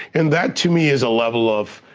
and that to me is a level of,